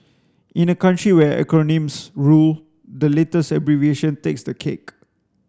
in a country where acronyms rule the latest abbreviation takes the cake